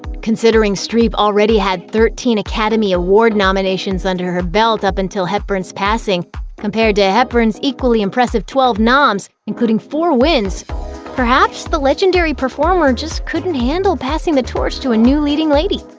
considering streep already had thirteen academy award nominations under her belt up until hepburn's passing compared to hepburn's equally impressive twelve noms, including four wins perhaps the legendary performer just couldn't handle passing the torch to a new leading lady?